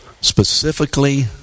specifically